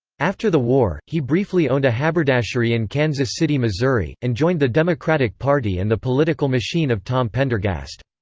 after the war, he briefly owned a haberdashery in kansas city, missouri, and joined the democratic party and the political machine of tom pendergast.